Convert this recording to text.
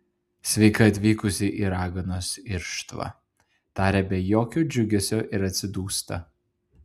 sveika atvykusi į raganos irštvą taria be jokio džiugesio ir atsidūsta